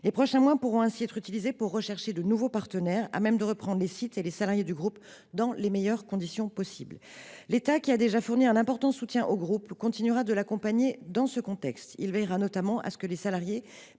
Les prochains mois pourront ainsi être utilisés pour rechercher de nouveaux partenaires à même de reprendre les sites et les salariés du groupe dans les meilleures conditions possible. L’État, qui a déjà fourni un important soutien au groupe, continuera de l’accompagner dans ce contexte. Il veillera notamment à ce que les salariés